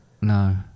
No